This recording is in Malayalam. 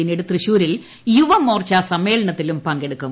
പിന്നീട് തൃശ്ശൂരിൽ യുവമോർച്ചാ സമ്മേളനത്തിലും പങ്കെടുക്കും